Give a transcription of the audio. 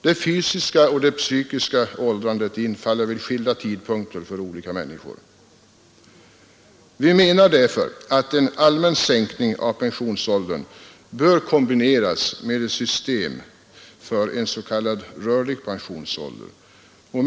Det fysiska och psykiska åldrandet infaller vid skilda tidpunkter för olika människor. Vi menar därför att en allmän sänkning av pensionsåldern bör kombineras med ett system för en s.k. rörlig pensionsålder.